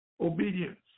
obedience